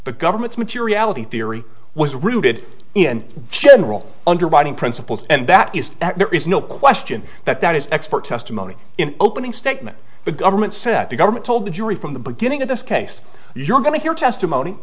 the government's materiality theory was rooted in general underwriting principles and that is that there is no question that that is expert testimony in opening statement the government said the government told the jury from the beginning of this case you're going to hear testimony